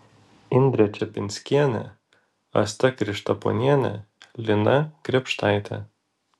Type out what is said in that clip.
indrė čepinskienė asta krištaponienė lina krėpštaitė